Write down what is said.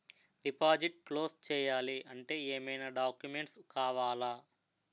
Deposit close చేయాలి అంటే ఏమైనా డాక్యుమెంట్స్ కావాలా?